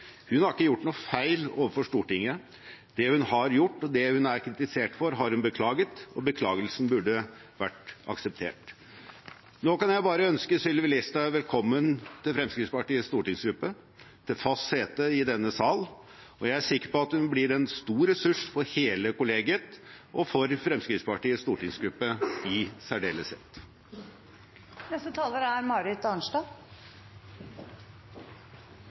Hun har ikke gjort noe feil overfor Stortinget. Det hun har gjort, og det hun er kritisert for, har hun beklaget, og beklagelsen burde vært akseptert. Nå kan jeg bare ønske Sylvi Listhaug velkommen til Fremskrittspartiets stortingsgruppe, til fast sete i denne sal. Jeg er sikker på at hun blir en stor ressurs for hele kollegiet – og for Fremskrittspartiets stortingsgruppe i særdeleshet. Vi har stått i en svært tilspisset situasjon i Stortinget. Den situasjonen er